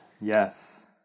Yes